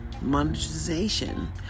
monetization